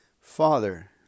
father